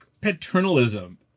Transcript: paternalism